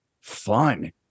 fun